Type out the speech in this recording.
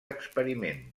experiment